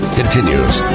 continues